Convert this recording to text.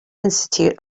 institute